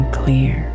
clear